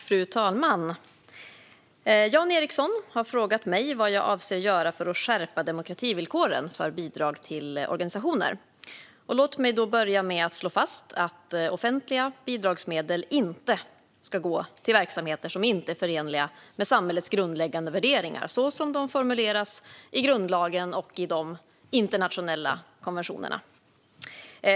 Fru talman! har frågat mig vad jag avser att göra för att skärpa demokrativillkoren för bidrag till organisationer. Låt mig börja med att slå fast att offentliga bidragsmedel inte ska gå till verksamheter som inte är förenliga med samhällets grundläggande värderingar så som de formuleras i grundlagen och i de internationella konventionerna.